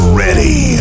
ready